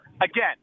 again